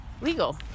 legal